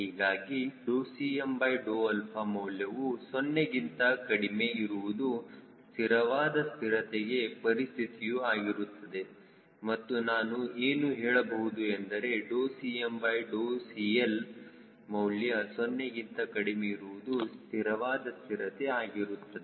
ಹೀಗಾಗಿ Cmಮೌಲ್ಯವು 0 ಗಿಂತ ಕಡಿಮೆ ಇರುವುದು ಸ್ಥಿರವಾದ ಸ್ಥಿರತೆಯ ಪರಿಸ್ಥಿತಿಯು ಆಗಿರುತ್ತದೆ ಹಾಗೂ ನಾನು ಏನು ಹೇಳಬಹುದು ಎಂದರೆ CmCL ಮೌಲ್ಯ 0 ಗಿಂತ ಕಡಿಮೆ ಇರುವುದು ಸ್ಥಿರವಾದ ಸ್ಥಿರತೆ ಆಗಿರುತ್ತದೆ